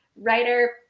Writer